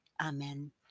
Amen